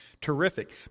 terrific